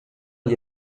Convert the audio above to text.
gli